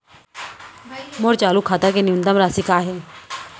मोर चालू खाता के न्यूनतम राशि का हे?